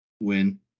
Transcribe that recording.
Win